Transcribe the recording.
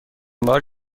بار